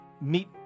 meet